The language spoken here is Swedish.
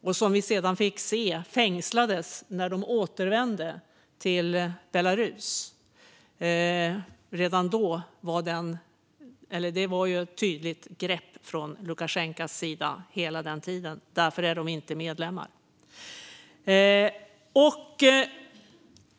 När de sedan återvände till Belarus fängslades de. Det var redan då ett tydligt grepp från Lukasjenkos sida, och därför är Belarus inte medlemmar.